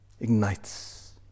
ignites